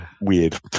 weird